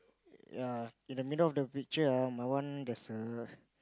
ya in the middle of the picture ah my one there's a